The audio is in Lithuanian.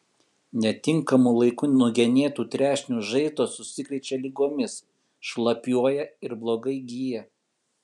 netinkamu laiku nugenėtų trešnių žaizdos užsikrečia ligomis šlapiuoja ir blogai gyja